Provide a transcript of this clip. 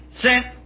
sent